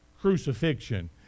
crucifixion